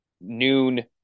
noon